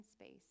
space